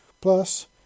Plus